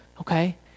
okay